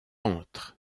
entre